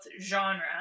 genre